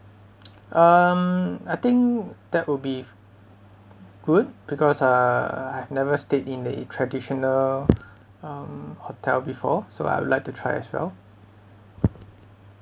um I think that would be good because uh I've never stayed in the a traditional um hotel before so I would like to try as well